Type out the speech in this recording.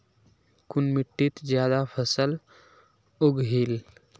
कुन मिट्टी ज्यादा फसल उगहिल?